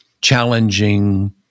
challenging